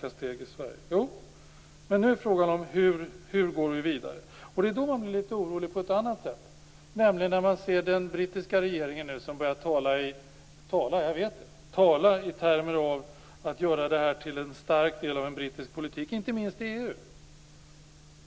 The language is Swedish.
Jo, så är det, men nu är frågan hur vi går vidare. Då blir jag litet orolig på ett annat sätt. Den brittiska regeringen börjar nu tala i termer av att göra det här till en stark del av brittisk politik, inte minst i EU.